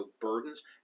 burdens